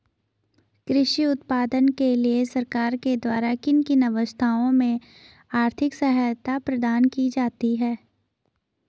कृषि उत्पादन के लिए सरकार के द्वारा किन किन अवस्थाओं में आर्थिक सहायता प्रदान की जाती है?